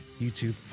YouTube